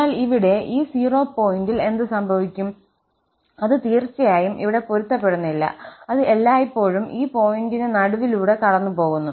എന്നാൽ ഇവിടെ ഈ 0 പോയിന്റിൽ എന്ത് സംഭവിക്കും അത് തീർച്ചയായും ഇവിടെ പൊരുത്തപ്പെടുന്നില്ല ഇത് എല്ലായ്പ്പോഴും ഈ പോയിന്റ് നടുവിലൂടെ കടന്നുപോകുന്നു